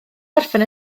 orffen